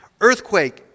Earthquake